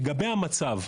לגבי המצב,